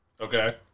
Okay